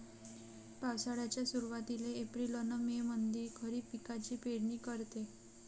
पावसाळ्याच्या सुरुवातीले एप्रिल अन मे मंधी खरीप पिकाची पेरनी करते